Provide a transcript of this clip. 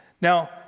Now